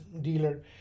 dealer